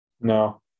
no